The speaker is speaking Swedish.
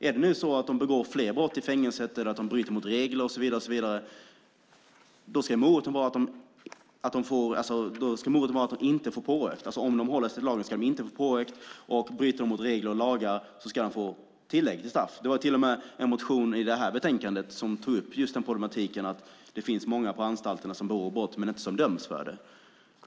Om de inte begår fler brott i fängelset, bryter mot regler och så vidare ska moroten vara att de inte får påökt. Om de håller sig till lagen får de inte påökt, och om de bryter mot regler och lagar ska de få tillägg till straffet. Det finns till och med en motion till det här betänkandet som tar upp problemet med att det finns många på anstalterna som begår brott men som inte döms för dem.